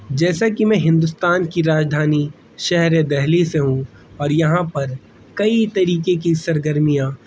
جیسا کہ میں ہندوستان کی راجدھانی شہر دلی سے ہوں اور یہاں پر کئی طریقے کی سرگرمیاں